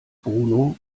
bruno